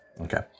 Okay